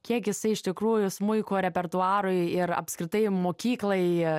kiek jisai iš tikrųjų smuiko repertuarui ir apskritai mokyklai